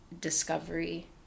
discovery